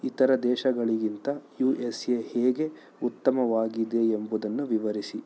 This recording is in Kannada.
ಇತರ ದೇಶಗಳಿಗಿಂತ ಯು ಎಸ್ ಎ ಹೇಗೆ ಉತ್ತಮವಾಗಿದೆ ಎಂಬುದನ್ನು ವಿವರಿಸಿ